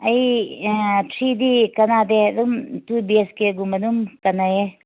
ꯑꯩ ꯊ꯭ꯔꯤꯗꯤ ꯀꯥꯟꯅꯗꯦ ꯑꯗꯨꯝ ꯇꯨ ꯕꯤ ꯍꯩꯆ ꯀꯦꯒꯨꯝꯕ ꯑꯗꯨꯝ ꯀꯥꯟꯅꯩꯌꯦ